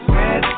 red